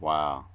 Wow